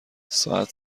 ساعت